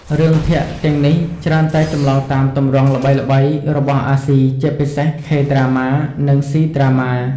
រឿងភាគទាំងនេះច្រើនតែចម្លងតាម ទម្រង់ល្បីៗ របស់អាស៊ី ជាពិសេស K-Drama និង C-Drama។